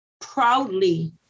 proudly